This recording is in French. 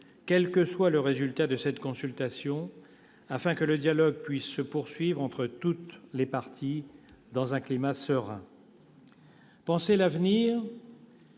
quel que soit le résultat de cette consultation, afin que le dialogue puisse se poursuivre entre toutes les parties, dans un climat serein. Penser l'avenir,